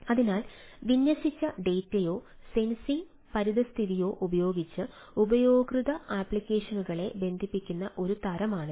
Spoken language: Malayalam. അതായത് വിന്യസിച്ച ഡാറ്റയോ സെൻസിംഗ് പരിതസ്ഥിതിയോ ഉപയോഗിച്ച് ഉപയോക്തൃ അപ്ലിക്കേഷനുകളെ ബന്ധിപ്പിക്കുന്ന ഒരു തരമാണിത്